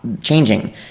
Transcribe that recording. changing